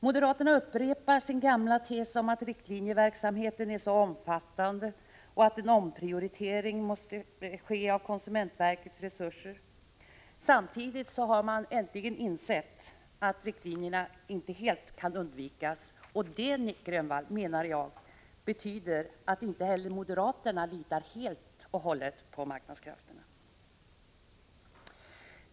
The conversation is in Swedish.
Moderaterna upprepar sin gamla tes att riktlinjeverksamheten är alltför omfattande och att en omprioritering måste ske av konsumentverkets resurser. Samtidigt har moderaterna äntligen insett att riktlinjerna inte helt kan undvikas. Det betyder, Nic Grönvall, att inte heller moderaterna fullständigt litar på marknadskrafterna.